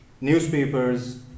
newspapers